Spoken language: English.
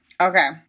Okay